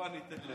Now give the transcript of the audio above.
בדחיפה ניתן להם.